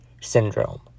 syndrome